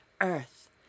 earth